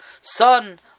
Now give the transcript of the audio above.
son